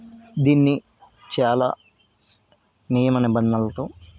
దీన్ని చాలా నియమ నిబంధనలతో